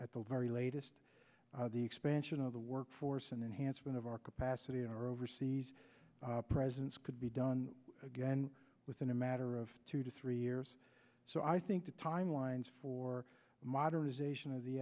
at the very latest the expansion of the work force and enhancement of our capacity in our overseas presence could be done again within a matter of two to three years so i think the timelines for modernization of the